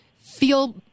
feel